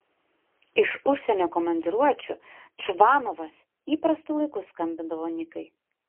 iš užsienio komandiruočių čvanovas įprastu laiku skambindavo nikai